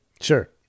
Sure